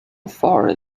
far